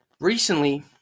recently